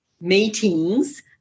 meetings